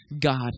God